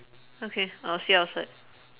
okay I'll see you outside